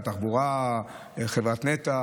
אחרי זה רואים רכבת אחת נוסעת,